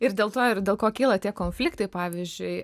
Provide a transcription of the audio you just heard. ir dėl to ir dėl ko kyla tie konfliktai pavyzdžiui